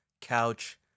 couch